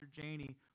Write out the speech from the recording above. Janie